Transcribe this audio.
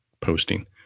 posting